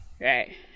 Right